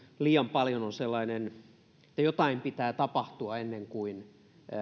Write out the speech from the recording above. liian paljon on sellaista että jotain pitää tapahtua ennen kuin